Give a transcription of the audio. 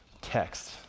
text